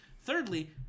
Thirdly